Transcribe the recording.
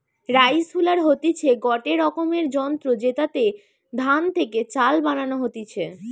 rice huller হতিছে গটে রকমের যন্ত্র জেতাতে ধান থেকে চাল বানানো হতিছে